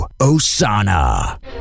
Osana